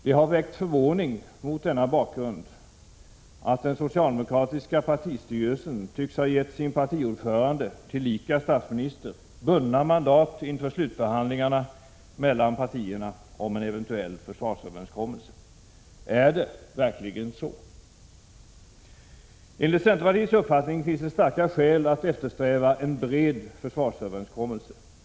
Det har väckt förvåning — mot denna bakgrund — att den socialdemokratiska partistyrelsen tycks ha gett sin partiordförande, tillika statsminister, bundna mandat inför slutförhandlingarna mellan partierna om en eventuell försvarsöverenskommelse. Är det verkligen så? Enligt centerpartiets uppfattning finns det starka skäl att eftersträva en bred försvarsöverenskommelse.